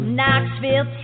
Knoxville